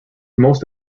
most